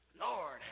Lord